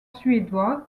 suédois